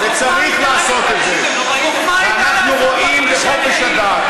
לתמוך ולעזור, כי לא יקרה לכם שום דבר,